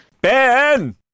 Ben